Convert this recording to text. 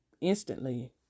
instantly